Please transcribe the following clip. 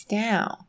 down